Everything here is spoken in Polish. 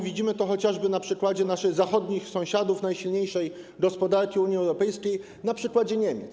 Widzimy to chociażby na przykładzie naszych zachodnich sąsiadów, najsilniejszej gospodarki Unii Europejskiej, czyli Niemiec.